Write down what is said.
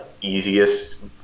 easiest